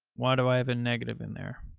why do i have a negative in there?